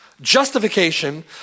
justification